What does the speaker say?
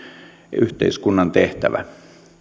yhteiskunnan tehtävä